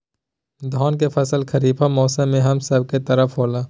धान के फसल खरीफ मौसम में हम सब के तरफ होला